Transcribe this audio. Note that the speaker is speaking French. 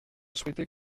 souhaitais